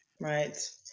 Right